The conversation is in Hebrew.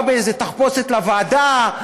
בא באיזו תחפושת לוועדה,